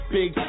big